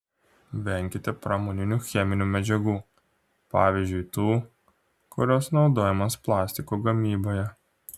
venkite pramoninių cheminių medžiagų pavyzdžiui tų kurios naudojamos plastiko gamyboje